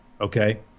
okay